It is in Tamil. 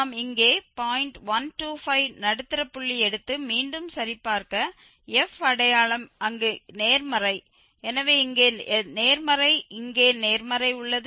125 நடுத்தர புள்ளி எடுத்து மீண்டும் சரிபார்க்க f அடையாளம் அங்கு நேர்மறை எனவே இங்கே நேர்மறை இங்கே நேர்மறை உள்ளது